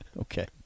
Okay